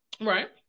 Right